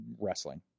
wrestling